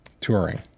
Touring